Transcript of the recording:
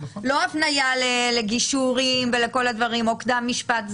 לא הפניה לגישורים ולכל הדברים או קדם משפט,